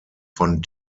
von